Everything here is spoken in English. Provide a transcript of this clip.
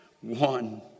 one